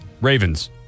Ravens